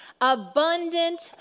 abundant